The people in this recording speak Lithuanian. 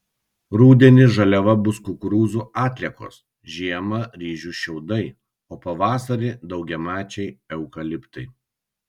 rudenį žaliava bus kukurūzų atliekos žiemą ryžių šiaudai o pavasarį daugiamečiai eukaliptai